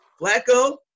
Flacco